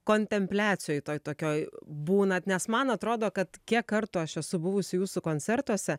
kontempliacijoj toj tokioj būnat nes man atrodo kad kiek kartų aš esu buvusi jūsų koncertuose